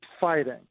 fighting